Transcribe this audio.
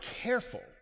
careful